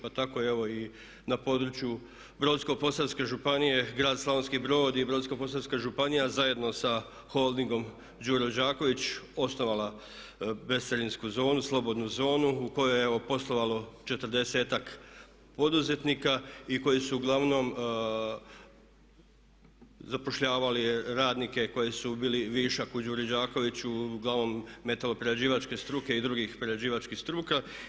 Pa tako evo i na području Brodsko-posavske županije, grad Slavonski Brod i Brodsko-posavska županija zajedno sa holdingom Đuro Đaković osnovala … zonu slobodnu zonu u kojoj je evo poslovalo 40-ak poduzetnika i koji su uglavnom zapošljavali radnike koji su bili višak u Đuri Đakoviću uglavnom metaloprerađivačke struke i drugih prerađivačkih struka.